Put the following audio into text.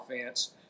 offense